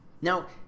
Now